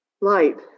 light